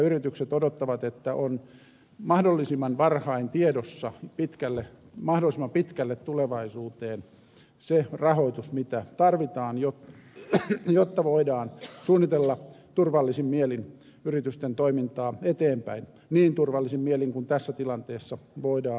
yritykset odottavat että on mahdollisimman varhain tiedossa mahdollisimman pitkälle tulevaisuuteen se rahoitus mitä tarvitaan jotta voidaan suunnitella turvallisin mielin yritysten toimintaa eteenpäin niin turvallisin mielin kuin tässä tilanteessa voidaan ajatella